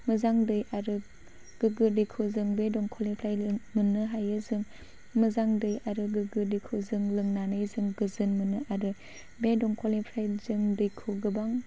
मोजां दै आरो गोग्गो दैखौ जों बे दंखलनिफ्राय मोननो हायो जों मोजां दै आरो गोग्गो दैखौ जों लोंनानै जों गोजोन मोनो आरो बे दंखलनिफ्राय जों दैखौ गोबां